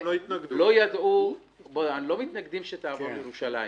לא מתנגדים שהתאגיד יעבור לירושלים.